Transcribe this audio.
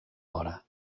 hora